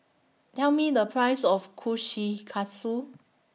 Tell Me The Price of Kushikatsu